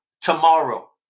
tomorrow